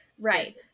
Right